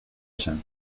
esan